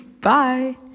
Bye